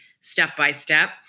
step-by-step